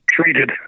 treated